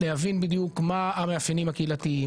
להבין בדיוק מה המאפיינים הקהילתיים,